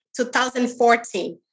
2014